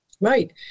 Right